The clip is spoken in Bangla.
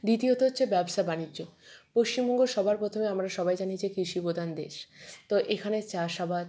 দ্বিতীয়ত হচ্ছে ব্যবসা বাণিজ্য পশ্চিমবঙ্গ সবার প্রথমে আমরা সবাই জানি যে কৃষিপ্রধান দেশ তো এখানে চাষাবাদ